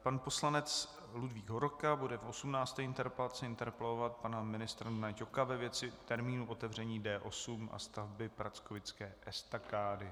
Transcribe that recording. Pan poslanec Ludvík Hovorka bude v osmnácté interpelaci interpelovat pana ministra Dana Ťoka ve věci termínu otevření D8 a stavby prackovické estakády.